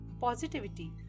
positivity